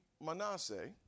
Manasseh